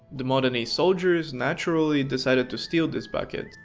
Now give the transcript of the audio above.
the modenes soldiers naturally decide to steel this bucket,